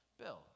Bill